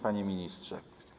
Panie Ministrze!